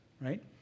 right